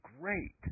great